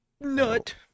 nut